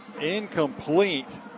incomplete